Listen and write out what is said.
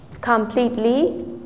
completely